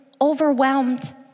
overwhelmed